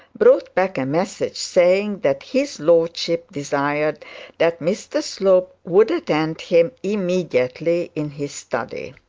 brought back a message, saying that, his lordship desired that mr slope would attend him immediately in his study